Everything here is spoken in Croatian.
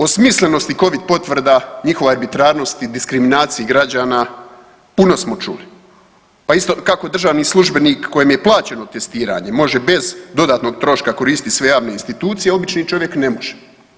O smislenosti covid potvrda, njihove arbitrarnosti i diskriminaciji građana puno smo čuli, pa isto kako držani službenik kojem je plaćeno testiranje može bez dodatnog troška koristit sve javne institucije, obični čovjek ne može.